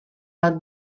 bat